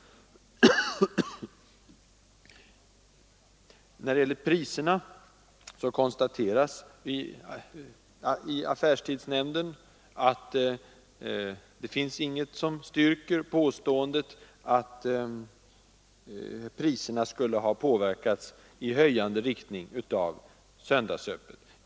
När det gäller priserna konstaterar vi i affärstidsnämnden att det inte har kommit fram någonting som styrker påståendet att priserna skulle ha påverkats i en höjande riktning av söndagsöppet.